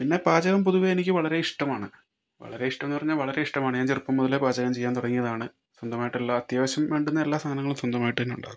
പിന്നെ പാചകം പൊതുവേ എനിക്ക് വളരെ ഇഷ്ടമാണ് വളരെ ഇഷ്ടം എന്ന് പറഞ്ഞാൽ വളരെ ഇഷ്ടമാണ് ഞാൻ ചെറുപ്പം മുതലേ പാചകം ചെയ്യാൻ തൊടങ്ങിയതാണ് സ്വന്തമായിട്ടുള്ള അത്യാവശ്യം വേണ്ടുന്ന എല്ലാ സാധനങ്ങളും സ്വന്തമായിട്ടുതന്നെ ഉണ്ടാക്കും